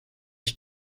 ich